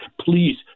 Please